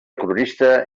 cronista